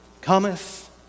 cometh